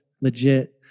legit